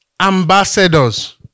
ambassadors